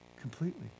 completely